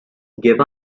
give